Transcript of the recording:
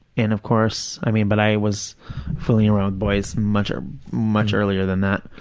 and of course, i mean, but i was fully around boys much, ah much earlier than that.